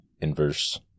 Inverse